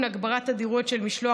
הגברת התדירות של משלוח